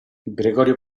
gregorio